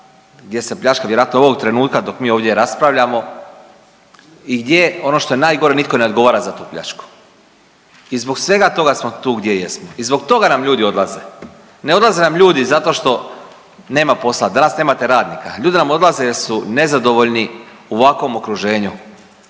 gdje se pljačka vjerojatno ovog trenutka dok mi ovdje raspravljamo i gdje je ono što je najgore nitko ne odgovara za tu pljačku. I zbog svega toga smo tu gdje jesmo i zbog toga nam ljudi odlaze. Ne odlaze nam ljudi zato što nema posla, danas nemate radnika, ljudi nam odlaze jer su nezadovoljni u ovakvom okruženju